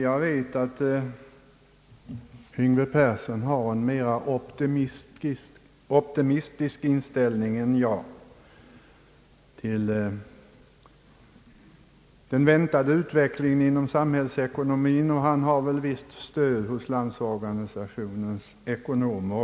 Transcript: Jag vet att herr Yngve Persson har en mera optimistisk syn än jag på den väntade utvecklingen inom samhällsekonomin, och han har väl stöd hos Landsorganisationens ekonomer.